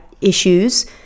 issues